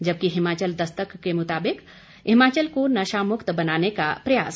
जबकि हिमाचल दस्तक के मुताबिक हिमाचल को नशामुक्त बनाने का प्रयास